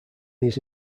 these